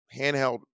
handheld